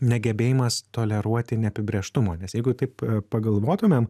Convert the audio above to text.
negebėjimas toleruoti neapibrėžtumo nes jeigu taip pagalvotumėm